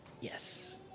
yes